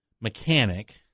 mechanic